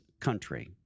country